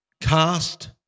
cast